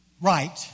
right